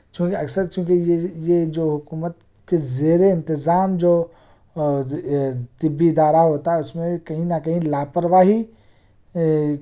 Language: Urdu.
چونکہ اکثر چونکہ جو حکومت کے زیر انتظام جو طبی ادارہ ہوتا ہے اس میں کہیں نہ کہیں لاپرواہی